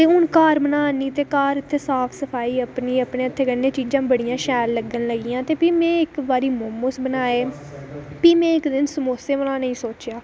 ते हून घर बनानी ते घर साफ सफाई अपने हत्थें कन्नै चीज़ां बड़ियां शैल लग्गन लग्गियां ते भी में इक्क बारी मोमोज़ बनाए ते प्ही में इक्क दिन समोसे बनाने दी सोचेआ